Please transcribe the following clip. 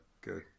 Good